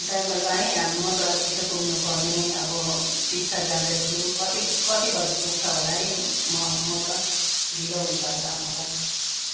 diver भाइ म त छिट्टो पुग्नु पर्ने अब टिस्टा जाँदैछु कति कति बजी पुग्छ होला है म म त ढिलो हुन्छ होला मलाई